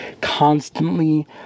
constantly